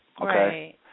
Right